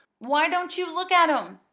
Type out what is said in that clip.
why don't you look at em?